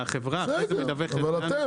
והחברה אחרי זה מדווחת בממשק.